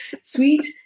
sweet